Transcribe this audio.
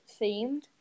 themed